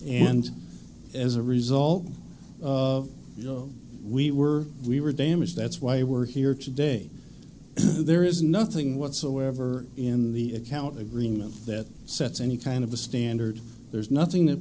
and as a result of you know we were we were damaged that's why we're here today there is nothing whatsoever in the account agreement that sets any kind of a standard there's nothing that